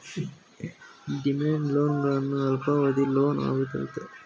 demand loan ಗಳು ಅಲ್ಪಾವಧಿಯ loan ಆಗಿರುತ್ತೆ